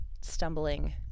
stumbling